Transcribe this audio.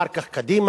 אחר כך קדימה.